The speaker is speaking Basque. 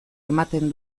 ematen